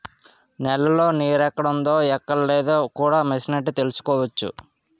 నేలలో నీరెక్కడుందో ఎక్కడలేదో కూడా మిసనెట్టి తెలుసుకోవచ్చు